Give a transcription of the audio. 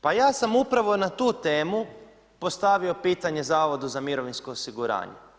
Pa ja sam upravo na tu temu postavio pitanje Zavodu za mirovinsko osiguranje.